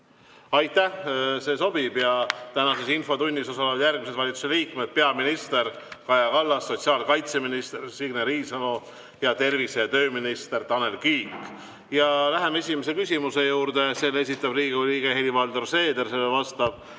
Aitäh! Tänases infotunnis osalevad järgmised valitsusliikmed: peaminister Kaja Kallas, sotsiaalkaitseminister Signe Riisalo ning tervise‑ ja tööminister Tanel Kiik. Läheme esimese küsimuse juurde. Selle esitab Riigikogu liige Helir-Valdor Seeder, sellele vastab